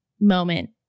moment